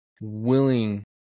willing